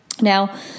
Now